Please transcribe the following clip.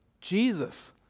Jesus